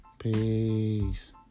Peace